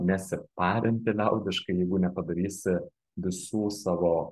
nesiparinti liaudiškai jeigu nepadarysi visų savo